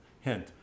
hint